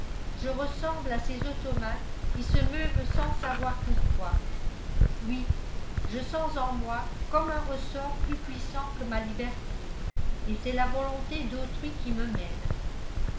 je ressemble à ces automates qui se meuvent sans savoir pourquoi oui je sens en moi comme un ressort plus puissant que ma liberté et c'est la volonté d'autrui qui me mène